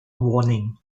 warning